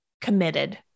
Committed